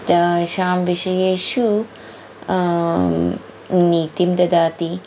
तेषां विषयेषु नीतिं ददाति